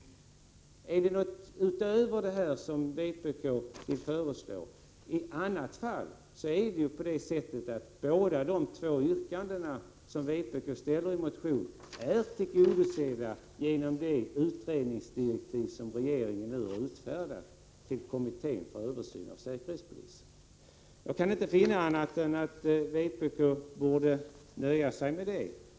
Är det något utöver det här som vpk vill föreslå? I annat fall är ju båda de yrkanden som vpk har ställt i motionen tillgodosedda genom de utredningsdirektiv som regeringen nu har utfärdat till kommittén för översyn av säkerhetspolisen. Jag kan inte finna annat än att vpk borde nöja sig med det.